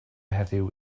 heddiw